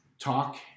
talk